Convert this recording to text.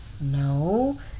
no